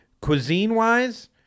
Cuisine-wise